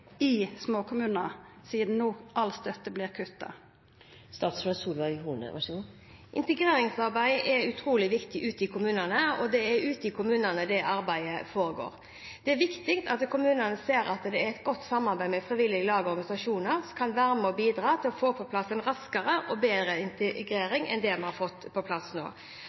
i småkommunar, sidan all støtte no vert kutta? Integreringsarbeid er utrolig viktig ute i kommunene, og det er ute i kommunene det arbeidet foregår. Det er viktig at kommunene ser at et godt samarbeid med frivillige lag og organisasjoner kan være med og bidra til å få på plass en raskere og bedre integrering enn det vi har fått på plass nå.